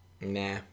Nah